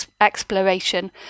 exploration